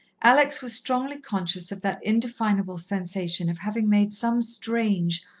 alex was strongly conscious of that indefinable sensation of having made some strange,